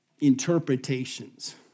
interpretations